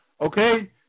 Okay